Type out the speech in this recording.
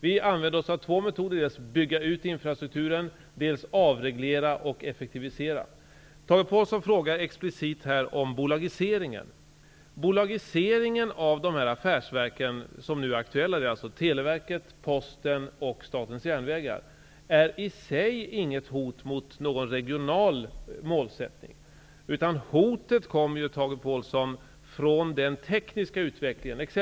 Vi använder oss av två metoder: vi bygger ut infrastrukturen, och vi avreglerar och effektiviserar. Bolagiseringen av de affärsverk som nu är aktuella, dvs. Televerket, Posten och Statens järnvägar, är i sig inget hot mot någon regional målsättning. Hotet kommer från den tekniska utvecklingen.